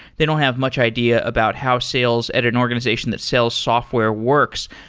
they don't have much idea about how sales at an organization that sells software works.